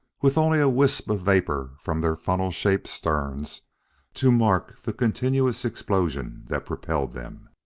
with only a wisp of vapor from their funnel-shaped sterns to mark the continuous explosion that propelled them.